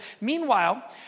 Meanwhile